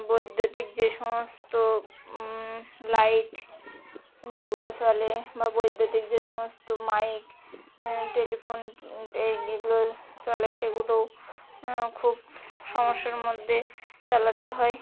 বৈদ্যুতিক যে সমস্ত লাইট যেগুলো চলে বা বৈদ্যুতিক যে সমস্ত মাইক টেলিফোন এ যেগুলো চলে সেগুলো খুব সমস্যার মধ্যে চালাতে হয়